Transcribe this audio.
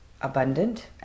abundant